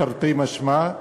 תרתי משמע.